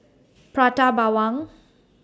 Prata Bawang